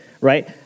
right